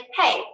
hey